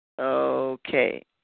Okay